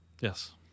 Yes